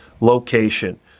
location